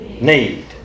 need